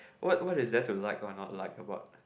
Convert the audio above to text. what what is that to like or not like about